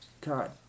God